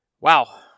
Wow